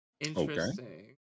Interesting